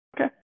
Okay